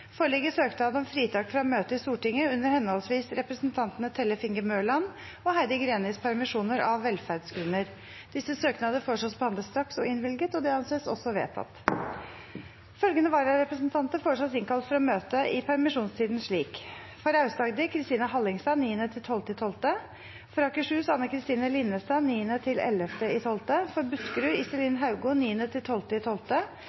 foreligger søknader om fritak fra å møte i Stortinget under henholdsvis representantene Tellef Inge Mørland og Heidi Grenis permisjoner, av velferdsgrunner. Etter forslag fra presidenten ble enstemmig besluttet: Disse søknadene behandles straks og innvilges. Følgende vararepresentanter innkalles for å møte i permisjonstiden slik: For Aust-Agder: Kristine Hallingstad 9.–12. desember For Akershus: Anne Kristine Linnestad 9.–11. desember For Buskerud: Iselin Haugo 9.–12. desember For